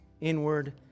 inward